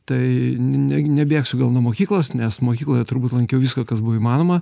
tai ne nebėgsiu gal nuo mokyklos nes mokykloje turbūt lankiau viską kas buvo įmanoma